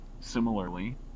Similarly